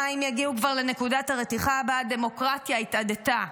המים יגיעו כבר לנקודת הרתיחה שבה הדמוקרטיה התאדתה.